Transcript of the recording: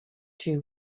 two